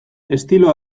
estilo